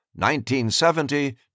1970